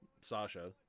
Sasha